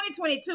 2022